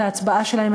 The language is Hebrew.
את ההצבעה שלהם,